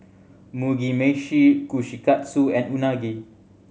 Mugi Meshi Kushikatsu and Unagi